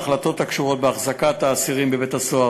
ההחלטות הקשורות בהחזקת אסירים בבית-הסוהר